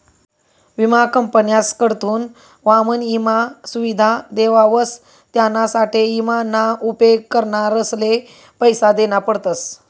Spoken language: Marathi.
विमा कंपन्यासकडथून वाहन ईमा सुविधा देवावस त्यानासाठे ईमा ना उपेग करणारसले पैसा देना पडतस